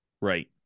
right